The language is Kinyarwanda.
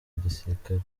gisirikare